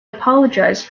apologise